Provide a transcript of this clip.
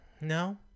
No